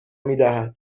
میدهد